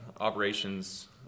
operations